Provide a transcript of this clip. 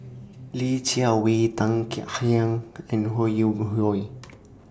Li Jiawei Tan Kek Hiang and Ho Yuen Hoe